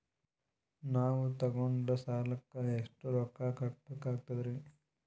ನಾವು ತೊಗೊಂಡ ಸಾಲಕ್ಕ ಎಷ್ಟು ರೊಕ್ಕ ಕಟ್ಟಬೇಕಾಗ್ತದ್ರೀ?